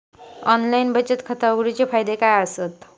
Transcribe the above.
Online बचत खाता उघडूचे फायदे काय आसत?